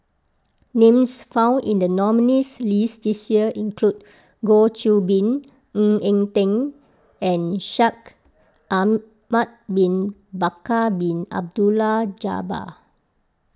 names found in the nominees' list this year include Goh Qiu Bin Ng Eng Teng and Shaikh Ahmad Bin Bakar Bin Abdullah Jabbar